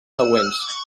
següents